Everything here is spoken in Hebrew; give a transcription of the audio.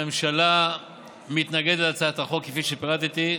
הממשלה מתנגדת להצעת החוק, כפי שפירטתי.